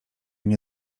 nie